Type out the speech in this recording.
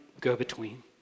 go-between